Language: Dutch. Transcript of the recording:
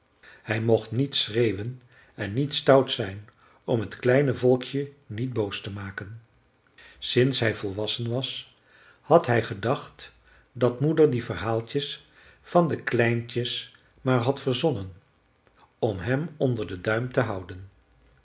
hij mocht niet schreeuwen en niet stout zijn om t kleine volkje niet boos te maken sinds hij volwassen was had hij gedacht dat moeder die verhaaltjes van de kleintjes maar had verzonnen om hem onder den duim te houden